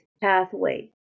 pathway